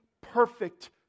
perfect